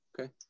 Okay